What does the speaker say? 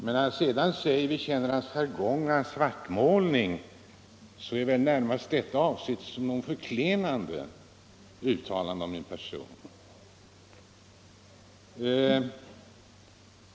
Men när han sedan säger att man också känner igen Lorentzons jargong och hans svartmålningar, är väl detta närmast avsett som ett förklenande uttalande om min person.